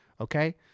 okay